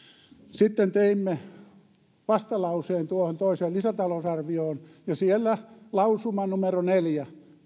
sitten teimme vastalauseen tuohon toiseen lisätalousarvioon ja siellä lausumassa neljä